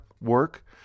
work